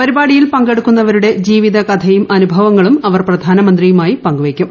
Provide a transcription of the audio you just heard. പരിപാടിയിൽ പങ്കെടുക്കുന്നവരുടെ ജീവിതകഥയും അനുഭവങ്ങളും അവർ പ്രധാനമന്ത്രിയുമായി പങ്കുവെക്കും